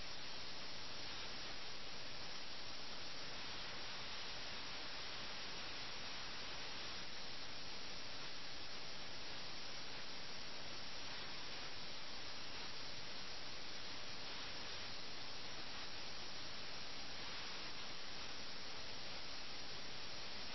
നിങ്ങൾ ചെക്കിനെയും മേറ്റിനെയും കുറിച്ച് മാത്രമാണ് ചിന്തിക്കുന്നതെന്ന് അദ്ദേഹം പറയുന്നു നിങ്ങൾ വളരെ സ്വാർത്ഥനാണ് നമ്മൾ എങ്ങനെ വീട്ടിലേക്ക് പോകുമെന്ന് നിങ്ങൾ ചിന്തിച്ചിട്ടുണ്ടോ അപ്പോൾ മിർസ പറഞ്ഞു ശരി സമയം ആകുമ്പോൾ നമുക്ക് അതിനെക്കുറിച്ച് ചിന്തിക്കാം എന്ന്